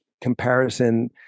comparison